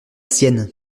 sienne